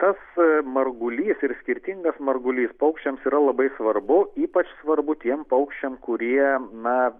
tas margulys ir skirtingas margulys paukščiams yra labai svarbu ypač svarbu tiem paukščiam kurie na